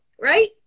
right